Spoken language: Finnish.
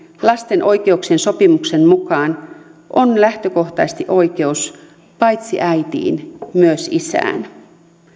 lasten oikeuksien sopimuksen mukaan on lähtökohtaisesti oikeus paitsi äitiin myös isään